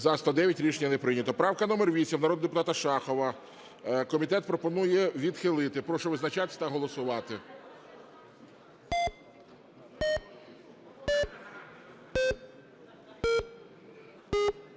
За-109 Рішення не прийнято. Правка номер 8 народного депутата Шахова. Комітет пропонує відхилити. Прошу визначатися та голосувати.